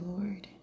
Lord